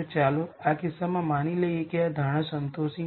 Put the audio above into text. તો ચાલો આ કિસ્સામાં માની લઈએ કે આ ધારણા સંતોષી